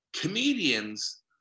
comedians